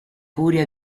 curia